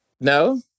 No